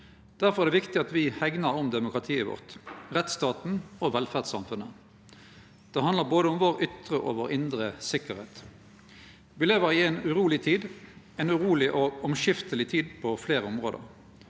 Difor er det viktig at me hegnar om demokratiet vårt, rettsstaten og velferdssamfunnet. Det handlar om både vår ytre og vår indre tryggleik. Me lever i ei uroleg tid – ei uroleg og omskifteleg tid på fleire område.